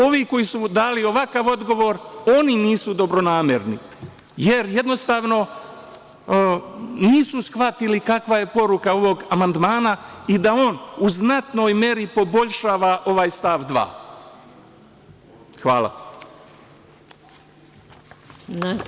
Ovi koji su dali ovakav odgovor, oni nisu dobronamerni, jer jednostavno nisu shvatili kakva je poruka ovog amandmana i da on u znatnoj meri poboljšava ovaj stav 2. Hvala vam.